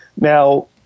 Now